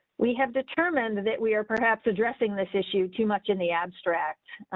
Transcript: we have determined that we are, perhaps addressing this issue too much in the abstract,